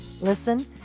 Listen